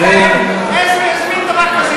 איזה מין טענה זאת?